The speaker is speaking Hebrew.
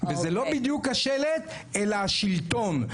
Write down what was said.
וזה בדיוק השלט אלא השלטון.